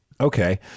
Okay